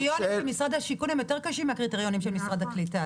הקריטריונים של משרד השיכון קשים יותר מן הקריטריונים של משרד הקליטה.